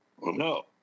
no